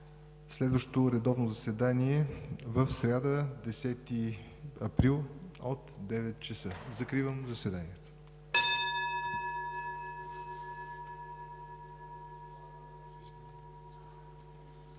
Следващо редовно заседание – сряда, 10 април, от 9,00 ч. Закривам заседанието.